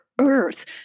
earth